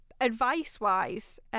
advice-wise